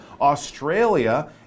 Australia